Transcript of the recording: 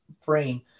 frame